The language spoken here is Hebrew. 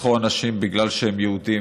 רצחו אנשים בגלל שהם יהודים,